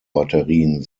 batterien